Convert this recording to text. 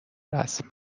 رسم